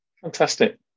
Fantastic